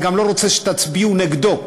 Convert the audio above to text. אני גם לא רוצה שתצביעו נגדו,